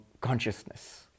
consciousness